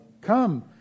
come